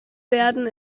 werden